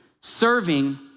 Serving